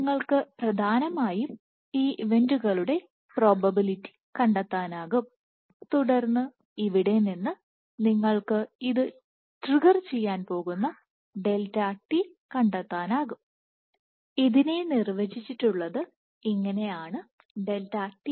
നിങ്ങൾക്ക് പ്രധാനമായും ഈ ഇവന്റുകളുടെ പ്രോബബിലിറ്റി കണ്ടെത്താനാകും തുടർന്ന് ഇവിടെ നിന്ന് നിങ്ങൾക്ക് അത് ട്രിഗർ ചെയ്യാൻ പോകുന്ന ഡെൽറ്റ t കണ്ടെത്താനാകും ഇതിനെ നിർവചിച്ചിട്ടുള്ളത് ഇങ്ങനെ ആണ് t1kmln